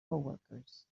coworkers